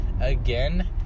again